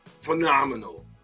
phenomenal